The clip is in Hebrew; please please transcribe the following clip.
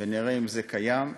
נראה אם זה קיים,